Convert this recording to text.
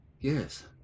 Yes